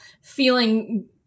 feeling